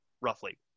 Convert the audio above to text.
roughly